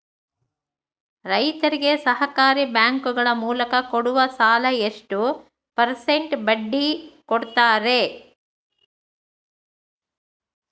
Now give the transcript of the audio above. ರೈತರಿಗೆ ಸಹಕಾರಿ ಬ್ಯಾಂಕುಗಳ ಮೂಲಕ ಕೊಡುವ ಸಾಲ ಎಷ್ಟು ಪರ್ಸೆಂಟ್ ಬಡ್ಡಿ ಕೊಡುತ್ತಾರೆ?